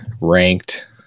ranked